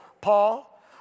Paul